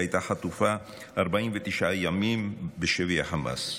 שהייתה חטופה 49 ימים בשבי החמאס: